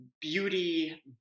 beauty